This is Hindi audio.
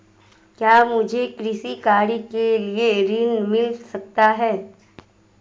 क्या मुझे कृषि कार्य के लिए ऋण मिल सकता है?